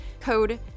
code